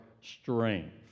strength